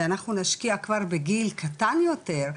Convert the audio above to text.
ואנחנו נשקיע כבר בגיל קטן יותר,